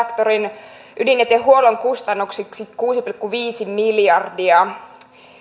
toimivan ydinvoimareaktorin ydinjätehuollon kustannuksiksi kuusi pilkku viisi miljardia